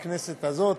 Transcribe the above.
בכנסת הזאת.